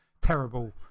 terrible